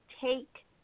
take